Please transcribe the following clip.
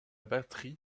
batterie